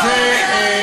נואם?